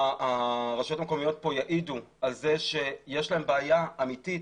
הרשויות המקומיות פה יעידו על זה שיש להם בעיה אמיתית,